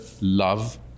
love